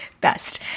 Best